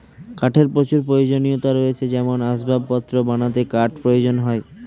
কাঠের প্রচুর প্রয়োজনীয়তা রয়েছে যেমন আসবাবপত্র বানাতে কাঠ প্রয়োজন হয়